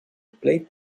plate